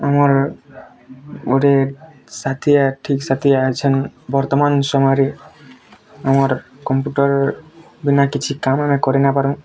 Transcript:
ଆମର୍ ଗୁଟେ ସାଥି ଠିକ୍ ସାଥିଆ ଆଇଛନ୍ ବର୍ତ୍ତମାନ୍ ସମୟରେ ଆମର୍ କମ୍ପ୍ୟୁଟର୍ ବିନା କିଛି କାମ୍ ନାଇଁ କରି ନାଇ ପାରୁଁ